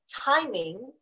timing